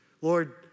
Lord